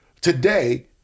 today